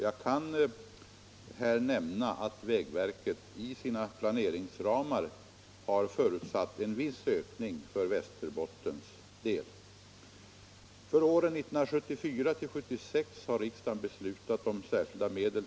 Jag kan här nämna att vägverket i sina planeringsramar förutsatt en viss ökning för Västerbottens del.